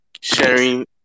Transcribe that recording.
sharing